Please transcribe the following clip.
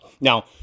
Now